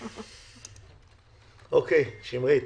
שמרית,